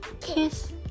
kiss